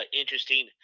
interesting